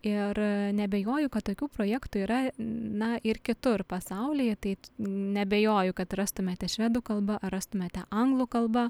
ir neabejoju kad tokių projektų yra na ir kitur pasauly tai neabejoju kad rastumėte švedų kalba ar rastumėte anglų kalba